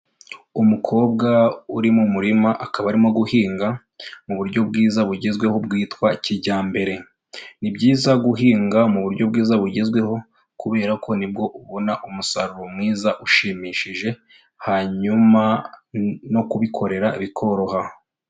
Umukobwa uri mu murima akaba arimo guhinga, mu buryo bwiza bugezweho bwitwa kijyambere, ni byiza guhinga mu buryo bwiza bugezweho, kubera ko nibwo ubona umusaruro mwiza ushimishije, hanyuma no kubikorera bikoroha.